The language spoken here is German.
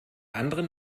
anderen